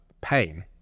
pain